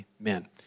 amen